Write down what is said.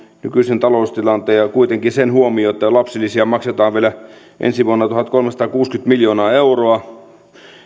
nykyisen taloustilanteen ja sen että lapsilisiä maksetaan kuitenkin vielä ensi vuonna tuhatkolmesataakuusikymmentä miljoonaa euroa